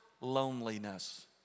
loneliness